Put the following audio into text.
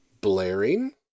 blaring